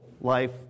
life